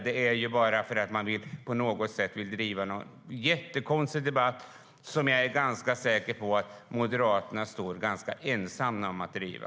Det är bara för att Moderaterna vill driva en konstig debatt som jag är säker på att de är ensamma om att driva.